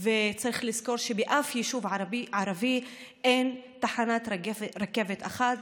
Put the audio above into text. וצריך לזכור שבאף יישוב ערבי אין תחנת רכבת אחת.